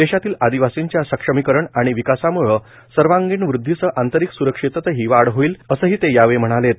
देशातील आदिवासींच्या सक्षमीकरण आणि विकासामूळ सर्वांगीण वृध्दीसह आंतरिक स्रक्षेतंही वाढ होईल असंही ते यावेळी म्हणालेत